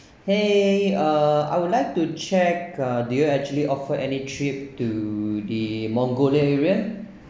!hey! uh I would like to check uh do you actually offer any trip to the mongolian area